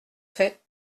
fait